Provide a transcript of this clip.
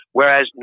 Whereas